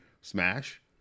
Smash